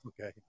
Okay